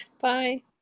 bye